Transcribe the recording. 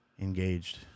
engaged